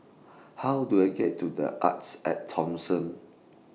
How Do I get to The Artes At Thomson